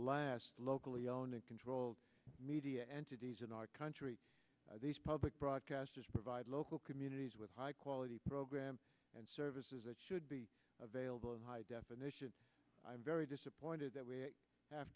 last locally owned and controlled media entities in our country these public broadcasters provide local communities with high quality programs and services that should be available in high definition i am very disappointed that we have